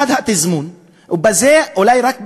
1. התזמון, ובזה, אולי רק בזה,